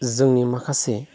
जोंनि माखासे